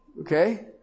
Okay